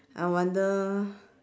I wonder